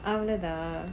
அவ்ளோதான்:avlothaan